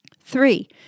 Three